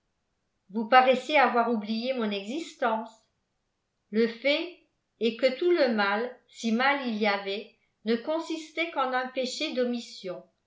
vous paraissiez avoir oublié mon existence le fait est que tout le mal si mal il y avait ne consistait qu'en un péché